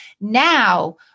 Now